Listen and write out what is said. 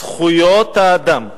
זכויות האדם.